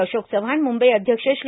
अशोक चव्हाण मुंबई अध्यक्ष श्री